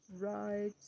Right